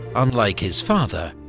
unlike his father,